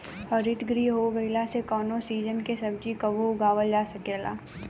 हरितगृह हो गईला से कवनो सीजन के सब्जी कबो उगावल जा सकेला